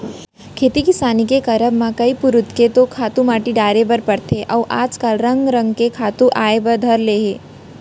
खेती किसानी के करब म कई पुरूत के तो खातू माटी डारे बर परथे अउ आज काल रंग रंग के खातू आय बर धर ले हे